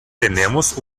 tenemos